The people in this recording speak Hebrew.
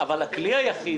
בסדר, אבל הכלי היחיד